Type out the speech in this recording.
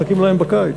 מחכים להם בקיץ.